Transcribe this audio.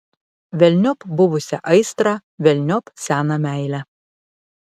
velniop buvusią aistrą velniop seną meilę